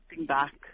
back